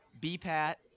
B-Pat